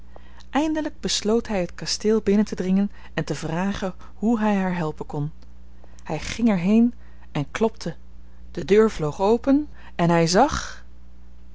eindelijk besloot hij het kasteel binnen te dringen en te vragen hoe hij haar helpen kon hij ging er heen en klopte de deur vloog open en hij zag een